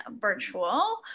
virtual